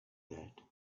that